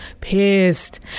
pissed